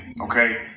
okay